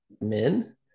men